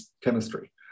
chemistry